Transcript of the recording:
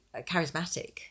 charismatic